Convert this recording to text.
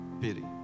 pity